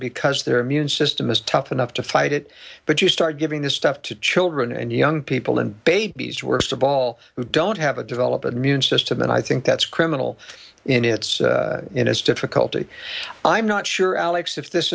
because their immune system is tough enough to fight it but you start giving this stuff to children and young people and babies worst of all who don't have a developed and mune system and i think that's criminal in its in its difficulty i'm not sure alex if this